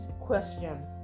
question